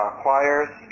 choirs